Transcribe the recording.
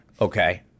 Okay